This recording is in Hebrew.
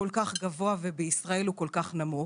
כל-כך גבוה ובישראל הוא כל-כך נמוך?